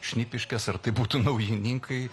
šnipiškes ar tai būtų naujininkai